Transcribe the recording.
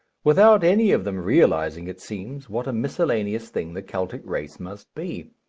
without any of them realizing, it seems, what a miscellaneous thing the keltic race must be.